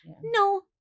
No